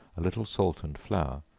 a little salt and flour,